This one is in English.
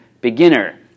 beginner